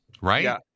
Right